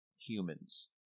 humans